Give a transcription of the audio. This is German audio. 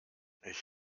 ich